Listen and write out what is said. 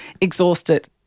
exhausted